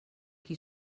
qui